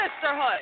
sisterhood